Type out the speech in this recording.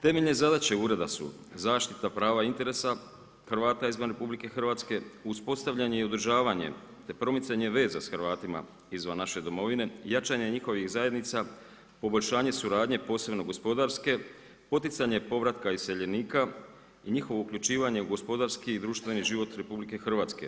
Temeljne zadaće ureda su zaštita prava interesa Hrvata izvan RH, uspostavljanje i održavanje te promicanje veza s Hrvatima izvan naše domovine, jačanje njihovih zajednica, poboljšanje suradnje, posebno gospodarske, poticanje povratka iseljenika i njihovo uključivanje u gospodarski i društveni život RH.